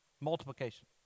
Multiplication